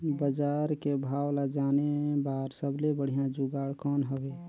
बजार के भाव ला जाने बार सबले बढ़िया जुगाड़ कौन हवय?